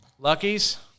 Luckies